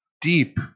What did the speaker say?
deep